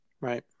Right